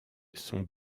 sont